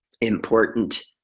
important